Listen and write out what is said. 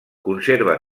conserva